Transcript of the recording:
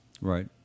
right